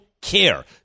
care